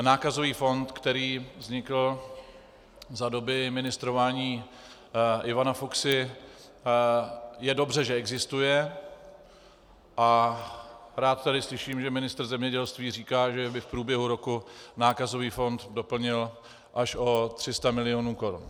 Nákazový fond, který vznikl za doby ministrování Ivana Fuksy, je dobře, že existuje, a rád tady slyším, že ministr zemědělství říká, že by v průběhu roku nákazový fond doplnil až o 300 milionů korun.